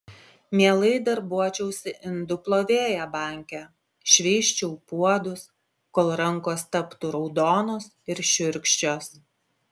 mielai darbuočiausi indų plovėja banke šveisčiau puodus kol rankos taptų raudonos ir šiurkščios